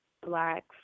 black